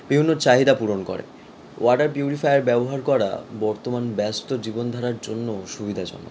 বিভিন্ন চাহিদা পূরণ করে ওয়াটার পিউরিফায়ার ব্যবহার করা বর্তমান ব্যস্ত জীবনধারার জন্য সুবিধাজনক